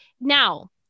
now